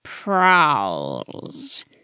prowls